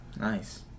Nice